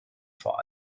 vor